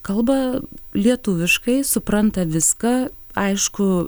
kalba lietuviškai supranta viską aišku